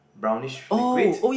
brownish liquid